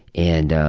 and